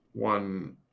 One